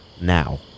now